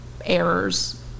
errors